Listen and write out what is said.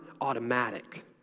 automatic